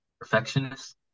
perfectionist